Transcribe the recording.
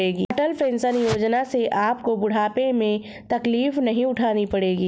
अटल pension योजना से आपको बुढ़ापे में तकलीफ नहीं उठानी पड़ेगी